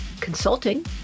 Consulting